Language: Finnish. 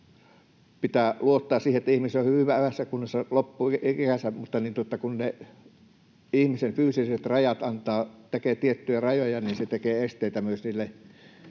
Pitää luottaa siihen, että ihminen on hyvässä kunnossa loppuikänsä, mutta kun ihmisen fyysiset rajat tekevät tiettyjä rajoja, niin se tekee esteitä myös niissä